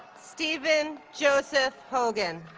stephen joseph hogan